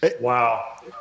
Wow